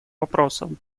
вопросом